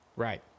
Right